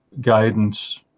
guidance